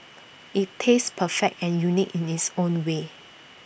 IT tastes perfect and unique in its own way